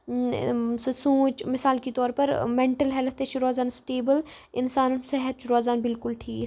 سُہ سونٛچ مِثال کے طور پر مٮ۪نٹَل ہٮ۪لٕتھ تہِ چھُ روزان سِٹیٚبٕل اِنسانُن صحت چھُ روزان بالکُل ٹھیٖک